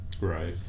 Right